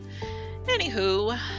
Anywho